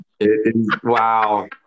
Wow